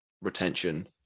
retention